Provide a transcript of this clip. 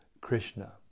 Krishna